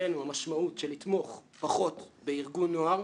להבנתנו המשמעות של לתמוך פחות בארגון נוער,